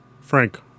Frank